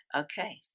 Okay